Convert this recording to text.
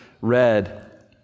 read